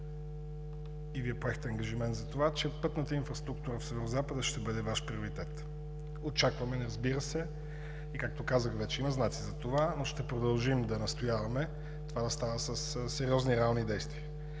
и Вие поехте ангажимент за това, че пътната инфраструктура в Северозапада ще бъде Ваш приоритет. Очакваме, разбира се, и както казах вече, има знаци за това, но ще продължим да настояваме това да става със сериозни и реални действия.